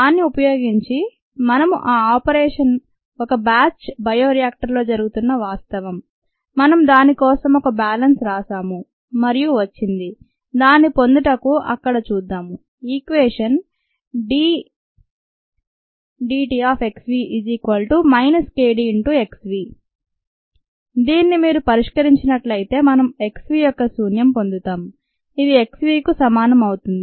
దాన్ని ఉపయోగించి మరియు ఈ ఆపరేషన్ ఒక బ్యాచ్ బయోరియాక్టర్లో జరుగుతున్న వాస్తవంమనం దాని కోసం ఒక "బ్యాలెన్స్" వ్రాశాను మరియు వచ్చింది దాన్ని పొందుటకు అక్కడ చూద్దాము ఈ ఈక్వేషన్ dxvdt kdxv దీనిని మీరు పరిష్కరించినట్లయితే మనం x v యొక్క శూన్యం పొందుతాం ఇది x v కు సమానం అవుతుంది